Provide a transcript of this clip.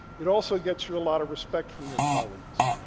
it also gets you a lot of respect from your colleagues.